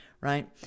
right